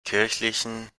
kirchlichen